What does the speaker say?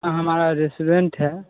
हँ हमारा रेस्टूरेंट है